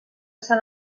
sant